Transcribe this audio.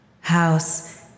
House